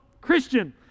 Christian